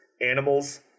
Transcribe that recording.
animals